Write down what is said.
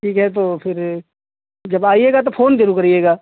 ठीक है तो फिर जब आइएगा तो फोन ज़रूर करिएगा